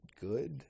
good